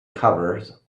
covers